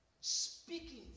Speaking